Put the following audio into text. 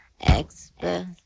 Expert